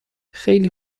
خیلی